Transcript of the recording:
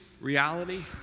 reality